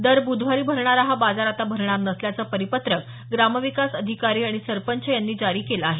दर ब्धवारी भरणारा हा बाजार आता भरणार नसल्याचं परिपत्रक ग्रामविकास अधिकारी आणि सरपंच यांनी जारी केलं आहे